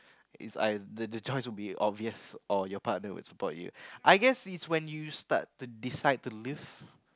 If I the the choice will be obvious or your partner will support you I guess it's when you start to decide to live